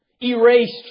Erased